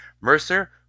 Mercer